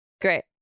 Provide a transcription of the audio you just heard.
Great